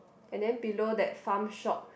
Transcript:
and then below that farm shop